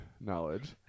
knowledge